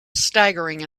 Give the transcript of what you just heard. staggering